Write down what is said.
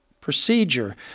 procedure